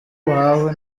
bahanwe